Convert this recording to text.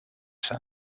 zen